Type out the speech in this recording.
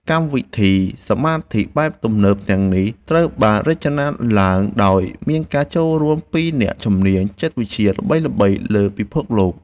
កម្មវិធីសមាធិបែបទំនើបទាំងនេះត្រូវបានរចនាឡើងដោយមានការចូលរួមពីអ្នកជំនាញចិត្តវិទ្យាល្បីៗលើពិភពលោក។